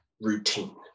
routine